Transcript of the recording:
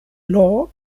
law